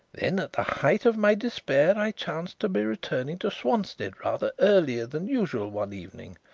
then, at the height of my despair, i chanced to be returning to swanstead rather earlier than usual one evening,